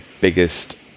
biggest